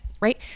right